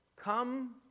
come